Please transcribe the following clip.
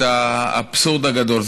את האבסורד הגדול.